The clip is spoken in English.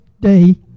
day